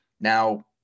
Now